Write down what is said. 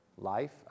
life